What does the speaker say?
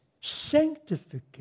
sanctification